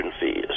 fees